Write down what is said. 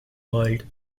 world